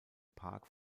park